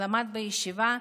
למד בישיבה,